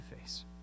face